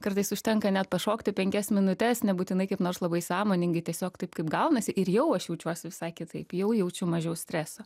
kartais užtenka net pašokti penkias minutes nebūtinai kaip nors labai sąmoningai tiesiog taip kaip gaunasi ir jau aš jaučiuos visai kitaip jau jaučiu mažiau streso